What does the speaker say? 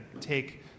take